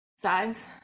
Size